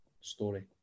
story